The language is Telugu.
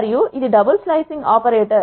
మరియు ఇది డబుల్స్లో ఐసింగ్ ఆపరేటర్